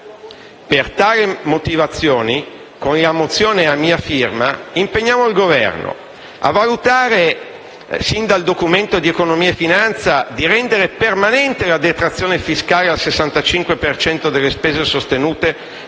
Per tali motivazioni, con la mozione a mia prima firma, impegniamo il Governo a valutare, sin dal Documento di economia e finanza, di rendere permanente la detrazione fiscale al 65 per cento delle spese sostenute per la